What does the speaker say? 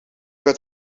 werd